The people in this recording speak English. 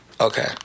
okay